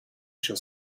shall